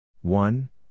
one